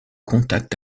contact